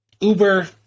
uber